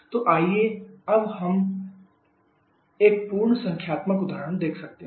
तो आइए अब हम एक पूर्ण संख्यात्मक उदाहरण देख सकते हैं